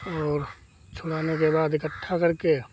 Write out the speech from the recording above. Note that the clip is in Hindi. और छुड़ाने के बाद इकट्ठा करके